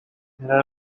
there